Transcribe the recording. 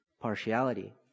partiality